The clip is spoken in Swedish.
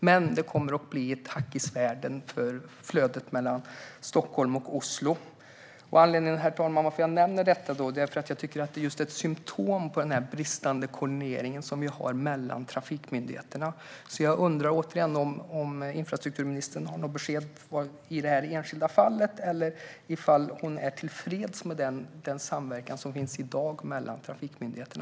Men det kommer att bli ett hack i flödet mellan Stockholm och Oslo. Anledningen till att jag nämner detta är för att jag tycker att det är ett symtom på den bristande koordinering som finns mellan trafikmyndigheterna. Jag undrar därför återigen om infrastrukturministern har något besked i detta enskilda fall eller om hon är tillfreds med den samverkan som finns i dag mellan trafikmyndigheterna.